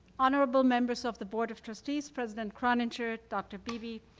honorable members of the board of trustees, president croninger, ah dr. beebe,